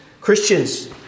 Christians